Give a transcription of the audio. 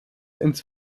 ins